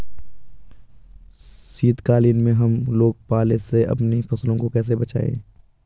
शीतकालीन में हम लोग पाले से अपनी फसलों को कैसे बचाएं?